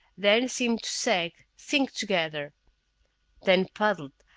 then seemed to sag, sink together then puddled,